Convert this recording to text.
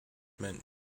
meant